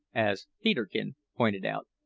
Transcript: as peterkin pointed out,